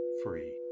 free